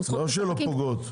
נכון,